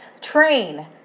train